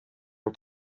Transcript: are